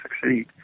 succeed